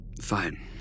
Fine